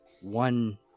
one